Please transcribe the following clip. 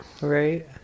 Right